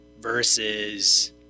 versus